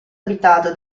abitato